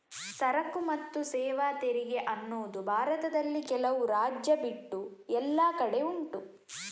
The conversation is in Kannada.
ಸರಕು ಮತ್ತು ಸೇವಾ ತೆರಿಗೆ ಅನ್ನುದು ಭಾರತದಲ್ಲಿ ಕೆಲವು ರಾಜ್ಯ ಬಿಟ್ಟು ಎಲ್ಲ ಕಡೆ ಉಂಟು